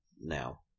now